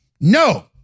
No